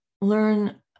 learn